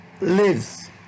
lives